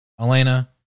Elena